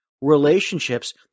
relationships